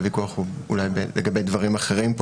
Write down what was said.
הוויכוח הוא אולי לגבי דברים אחרים פה